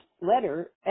letter